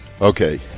Okay